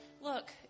Look